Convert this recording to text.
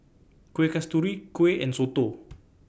Kueh Kasturi Kuih and Soto